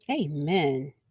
Amen